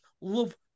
love